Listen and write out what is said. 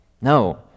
No